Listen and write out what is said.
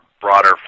broader